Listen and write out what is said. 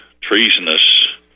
treasonous